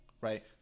Right